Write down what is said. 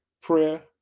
prayer